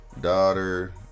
daughter